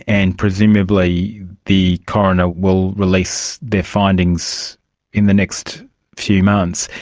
and presumably the coroner will release their findings in the next few months.